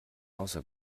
außer